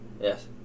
yes